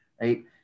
right